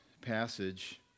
passage